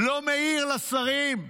לא מעיר לשרים.